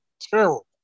terrible